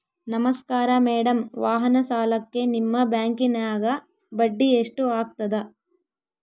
ನಮಸ್ಕಾರ ಮೇಡಂ ವಾಹನ ಸಾಲಕ್ಕೆ ನಿಮ್ಮ ಬ್ಯಾಂಕಿನ್ಯಾಗ ಬಡ್ಡಿ ಎಷ್ಟು ಆಗ್ತದ?